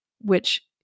which-